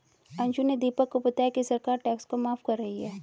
अंशु ने दीपक को बताया कि सरकार टैक्स को माफ कर रही है